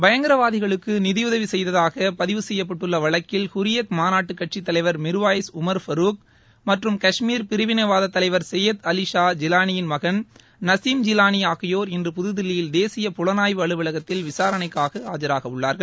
பயங்கரவாதிகளுக்கு நிதியுதவி செய்யததாக பதிவு செய்யப்பட்டுள்ள வழக்கில் ஹுரியத் மாநாடு கட்சித் தலைவர் மிர்வாயிஸ் உமர் பருக் மற்றும் கஷ்மீர் பிரிவினைவாத தலைவர் செய்யத் அலி ஷா ஜிலாளயின் மகன் நசிம் ஜிவாளி ஆகியோர் இன்று புதுதில்லியில் தேசிய புலனாய்வு அலுவலகதத்தில் விசாரணைக்காக ஆஜராக உள்ளார்கள்